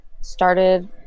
started